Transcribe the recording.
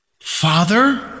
Father